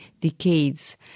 decades